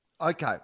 Okay